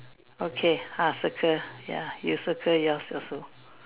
okay ah circle ya you circle yours also